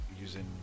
using